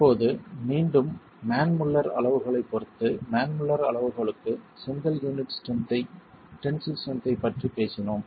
இப்போது மீண்டும் Mann Muller அளவுகோலைப் பொறுத்து மேன் முல்லர் அளவுகோலுக்கு செங்கல் யூனிட் டென்சில் ஸ்ட்ரென்த் ஐப் பற்றி பேசினோம்